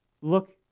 Look